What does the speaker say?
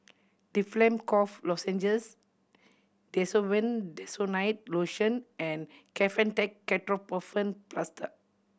Difflam Cough Lozenges Desowen Desonide Lotion and Kefentech Ketoprofen Plaster